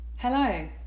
Hello